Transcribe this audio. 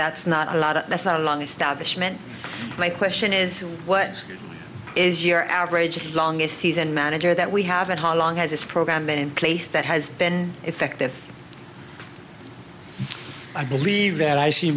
that's not a lot of that's not a long establishment my question is what is your average longest season manager that we have and how long has this program been in place that has been effective i believe that i see